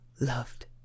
loved